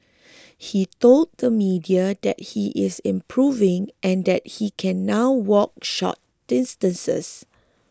he told the media that he is improving and that he can now walk short distances